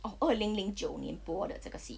oh 二零零九年播的这个戏